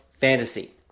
fantasy